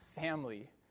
family